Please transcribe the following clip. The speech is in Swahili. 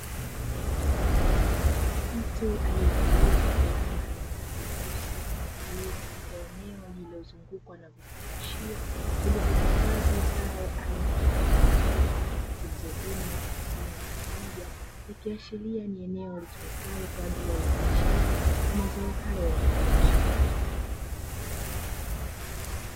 Mtu aliyevalia fulana yenye rangi nyeusi aliyekatika eneo lililozungukwa na vifungashio, vilivohifadhi zao aina ya pilipili hoho zilizovunwa na kukusanywa kwa pamoja ikiashiria ni eneo litumikalo kwa ajili ya uzalishaji wa mazao hayo ya kibiashara.